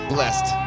Blessed